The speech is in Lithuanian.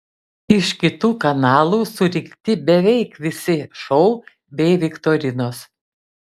iš kitų kanalų surinkti beveik visi šou bei viktorinos